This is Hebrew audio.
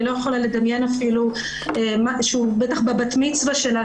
אני לא יכולה לדמיין אפילו שבבת מצווה שלה,